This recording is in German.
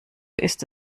ist